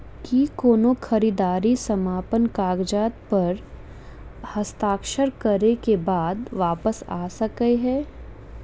की कोनो खरीददारी समापन कागजात प हस्ताक्षर करे केँ बाद वापस आ सकै है?